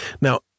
Now